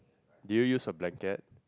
do you use a blanket